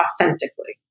authentically